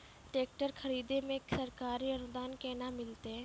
Tractor खरीदै मे सरकारी अनुदान केना मिलतै?